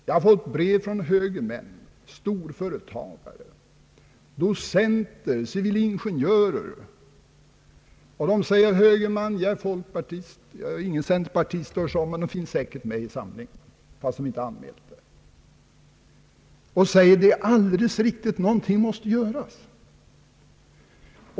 Jag har fått brev från högermän, storföretagare, docenter, civilingenjörer, och de säger: Jag är högerman, jag är folkpartist — inga centerpartister har hörts av, men de finns säkert med i samlingen fast de inte an mält detta —, och jag anser att det är alldeles riktigt — någonting måste göras.